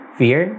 fear